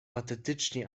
patetyczne